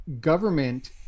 government